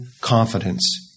confidence